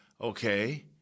okay